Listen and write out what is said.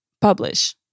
publish